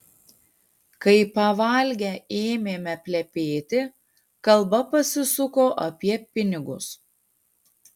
kai pavalgę ėmėme plepėti kalba pasisuko apie pinigus